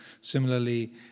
Similarly